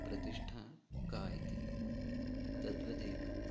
प्रतिष्ठा का इति तद्वदेव